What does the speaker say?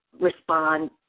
respond